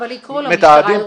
כן, יכולים לקרוא למשטרה הירוקה.